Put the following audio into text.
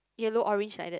yellow orange like that